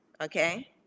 Okay